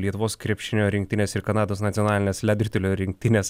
lietuvos krepšinio rinktinės ir kanados nacionalinės ledo ritulio rinktinės